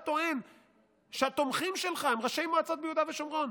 טוען שהתומכים שלך הם ראשי מועצות ביהודה ושומרון,